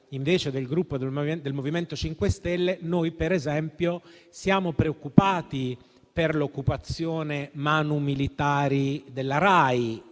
invece del Gruppo del MoVimento 5 Stelle, noi per esempio siamo preoccupati per l'occupazione *manu militari* della Rai,